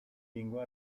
lingua